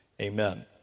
Amen